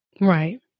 Right